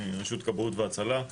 רשות כבאות והצלה,